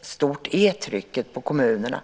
stort är trycket på kommunerna.